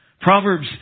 Proverbs